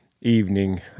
evening